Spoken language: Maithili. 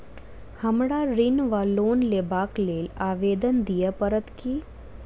हमरा ऋण वा लोन लेबाक लेल आवेदन दिय पड़त की?